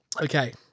Okay